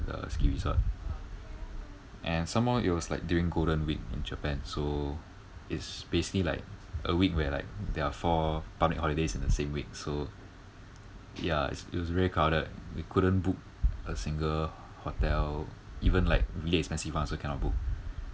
the ski resort and somehow it was like during golden week in japan so it's basically like a week where like there are four public holidays in the same week so ya it's it's really crowded we couldn't book a single hotel even like really expensive one also cannot book